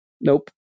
Nope